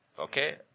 Okay